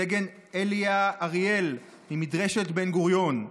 סגן אליה אריאל ממדרשת בן-גוריון,